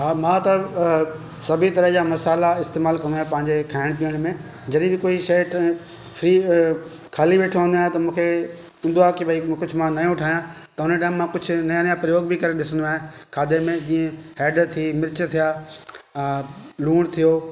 हा मां त सभई तरह जा मसाला इस्तेमाल कंदो आहिया पंहिंजे खाइण पीअण में जॾहिं बि कोई शइ ट्र फ्री ख़ाली वेठो हूंदो आहियां त मूंखे ईंदो आहे की मूंखे मां नयों ठाहियां हुन टाइम मां कुझु नयां नयां प्रयोग बि करे ॾिसंदो आहियां खाधे में हेड थी मिर्च थिया लूण थियो